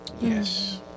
Yes